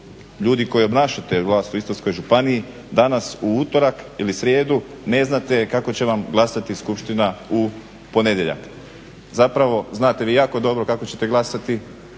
ljudi koji obnašate vlast u Istarskoj županiji danas u utorak ili srijedu ne znate kako će vam glasati skupština u ponedjeljak. Zapravo znate vi jako dobro kako ćete glasati